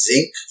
zinc